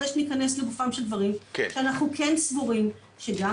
אחרי שניכנס לגופם של דברים שאנחנו כן סבורים שגם